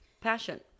Passion